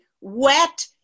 wet